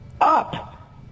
up